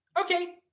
Okay